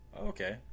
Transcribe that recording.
Okay